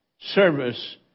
service